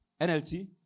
NLT